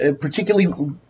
particularly